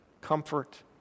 comfort